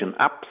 apps